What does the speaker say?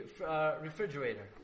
refrigerator